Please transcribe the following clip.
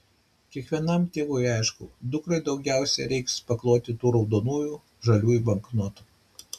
kiekvienam tėvui aišku dukrai daugiausiai reiks pakloti tų raudonųjų žaliųjų banknotų